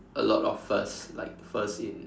a lot of first like first in